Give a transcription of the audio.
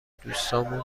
دوستامون